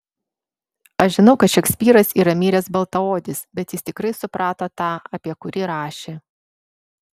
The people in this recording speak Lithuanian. aš žinau kad šekspyras yra miręs baltaodis bet jis tikrai suprato tą apie kurį rašė